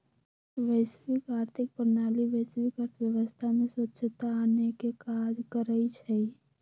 वैश्विक आर्थिक प्रणाली वैश्विक अर्थव्यवस्था में स्वछता आनेके काज करइ छइ